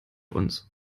uns